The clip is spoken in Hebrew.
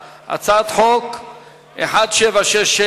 הצעת חוק 1767,